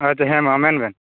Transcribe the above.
ᱟᱪᱪᱷᱟ ᱦᱮᱸ ᱢᱟ ᱢᱮᱱᱵᱮᱱ